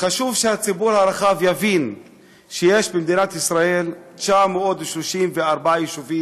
חשוב שהציבור הרחב יבין שיש במדינת ישראל 934 ישובים